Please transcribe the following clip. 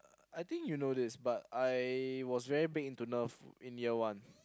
I think you know this but I was very big into Ner in year one